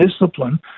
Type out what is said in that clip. discipline